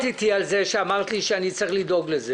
איתי על זה ואמרת לי שאני צריך לדאוג לזה?